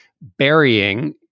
burying